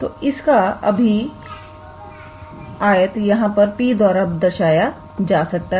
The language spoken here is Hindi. तो इसका अभी आए यहां पर P द्वारा दर्शाया जा सकता